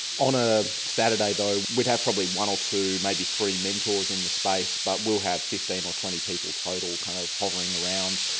on ah saturday though we would have probably one or two, maybe three mentors in the space but we'll have fifteen or twenty people total kind of hovering around.